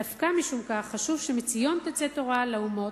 דווקא משום כך חשוב שמציון תצא תורה לאומות